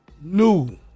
new